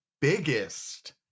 biggest